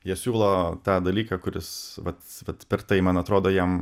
jie siūlo tą dalyką kuris vat vat per tai man atrodo jam